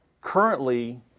currently